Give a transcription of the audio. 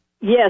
Yes